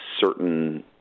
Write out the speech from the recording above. certain